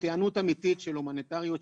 היענות אמיתית של הומניטריות,